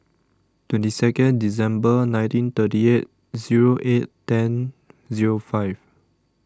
twenty Second December nineteen thirty eight Zero eight ten Zero five